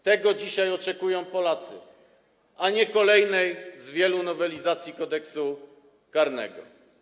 Tego dzisiaj oczekują Polacy, a nie kolejnej, jednej z wielu nowelizacji Kodeksu karnego.